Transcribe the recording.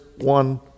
one